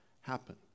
happen